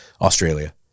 Australia